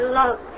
love